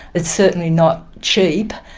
it's certainly not cheap,